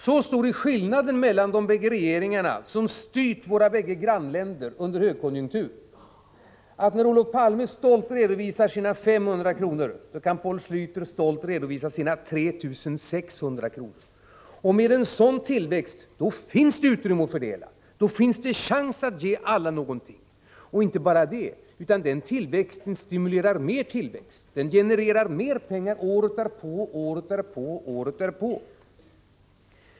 Så stor är skillnaden mellan de båda regeringar som har styrt dessa grannländer under högkonjunkturen. När Olof Palme stolt redovisar sina 500 kr., kan Poul Schläter stolt redovisa sina 3 600. Med en sådan tillväxt finns det utrymme att fördela och en chans att ge alla någonting. Men det är inte nog med det — denna tillväxt stimulerar mer tillväxt, genererar mer pengar året därpå, året därpå osv.